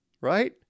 right